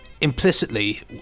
implicitly